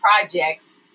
projects